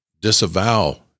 disavow